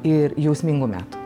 ir jausmingų metų